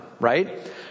right